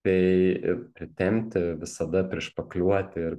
tai ir pritempti visada prišpakliuoti ir